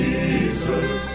Jesus